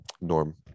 Norm